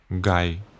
guy